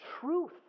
truth